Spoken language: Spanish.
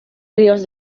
ríos